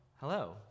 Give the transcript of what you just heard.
Hello